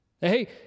Hey